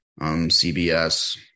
CBS